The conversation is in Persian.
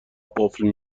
قفل